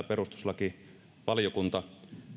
perustuslakivaliokunta